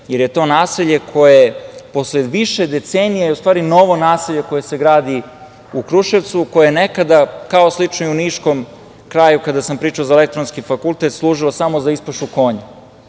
jer je to naselje koje posle više decenija je u stvari novo naselje koje se gradi u Kruševcu, koje je nekada, slično kao u niškom kraju, kada sam pričao za elektronski fakultet služilo samo za ispašu konja.